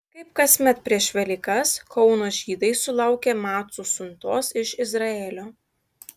kaip kasmet prieš velykas kauno žydai sulaukė macų siuntos iš izraelio